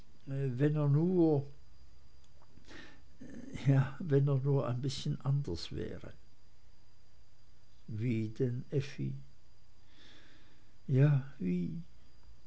ja wenn er nur ein bißchen anders wäre wie denn effi ja